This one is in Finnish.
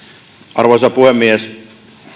arvoisa puhemies